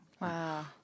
Wow